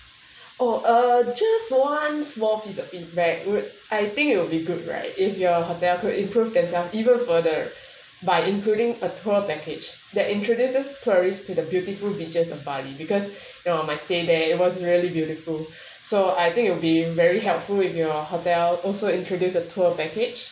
oh uh just one small piece of big bad root I think you'll good right if your hotel could improve themselves even further by including a tour package that introduce just tourists to the beautiful beaches of bali because you know my stay there it was really beautiful so I think it will be very helpful in your hotel also introduce a tour package